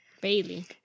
Bailey